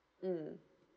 mmhmm